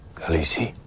khaleesi?